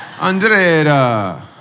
Andrea